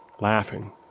laughing